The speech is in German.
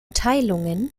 teilungen